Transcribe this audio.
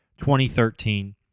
2013